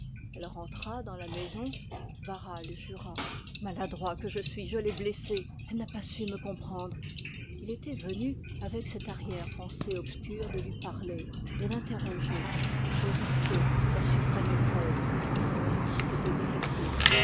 elle entra dans la maison barral jura maladroit que je suis je l'ai blessée elle n'a pas su me comprendre il était venu avec la volonté de l'interroger de risquer la suprême épreuve mais c'était difficile